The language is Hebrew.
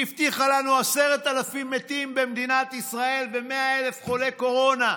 היא הבטיחה לנו 10,000 מתים במדינת ישראל ו-100,000 חולי קורונה.